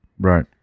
Right